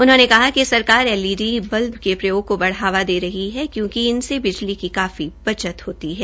उन्होंने कहा कि सरकार एलईडी बल्ब के प्रयोग को बढ़ावा दे रही है क्योकि इनसे बिजली की काफी बचत होती है